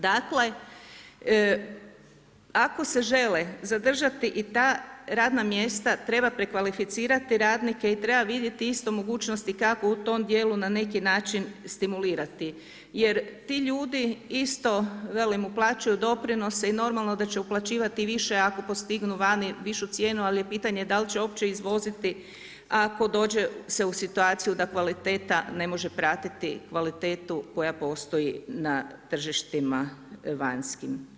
Dakle ako se žele zadržati i ta radna mjesta treba prekvalificirati radnike i treba vidjeti isto mogućnosti kako u tom dijelu na neki način stimulirati jer ti ljudi isto velim uplaćuju doprinose i normalno da će uplaćivati više ako postignu vani višu cijenu, ali je pitanje da li će uopće izvoziti ako dođe se u situaciju da kvaliteta ne može pratiti kvalitetu koja postoji na tržištima vanjskim.